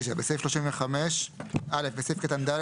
(9) בסעיף 35 - (א) בסעיף קטן (ד),